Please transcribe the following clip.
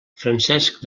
francesc